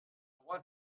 want